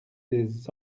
des